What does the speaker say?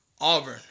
Auburn